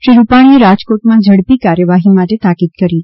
શ્રી રૂપાણીએ રાજકોટમાં ઝડપી કાર્યવાહી માટે તાકીદ કરી હતી